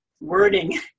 wording